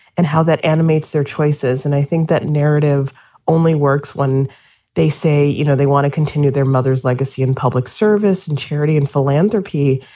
and how that animates their choices. and i think that narrative only works when they say, you know, they want to continue their mother's legacy in public service and charity and philanthropy.